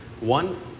One